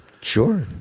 Sure